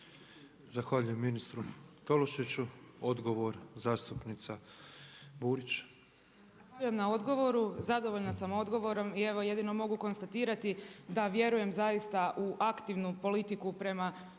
Zahvaljujem ministru Tolušiću, odgovor zastupnica Burić. **Burić, Majda (HDZ)** Zahvaljujem na odgovoru, zadovoljna sam odgovorom. I evo jedino mogu konstatirati da vjerujem zaista u aktivnu politiku prema